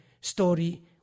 story